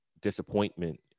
disappointment